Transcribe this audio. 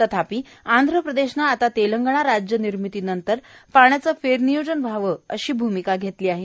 तथापि आंध्र प्रदेशने आता तेलंगणा राज्य निर्मितीनंतर पाण्याचे फेर नियोजन व्हावे अशी भूमिका घेतली आहे